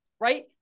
right